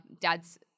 dad's